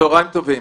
צהריים טובים.